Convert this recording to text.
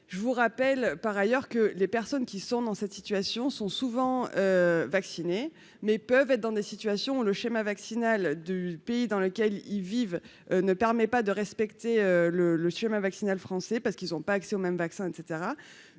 je vous rappelle par ailleurs que les personnes qui sont dans cette situation sont souvent vaccinés mais peuvent être dans des situations le schéma vaccinal du pays dans lequel ils vivent ne permet pas de respecter le le schéma vaccinal français parce qu'ils ont pas accès aux mêmes vaccins et